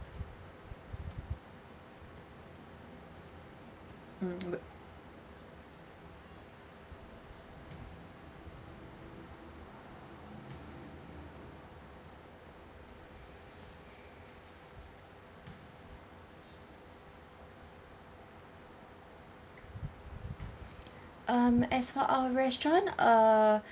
mm bre~ um as for our restaurant err